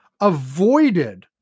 avoided